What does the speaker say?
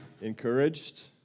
encouraged